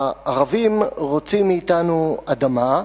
הערבים רוצים מאתנו אדמה,